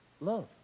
love